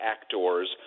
actors